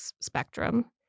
spectrum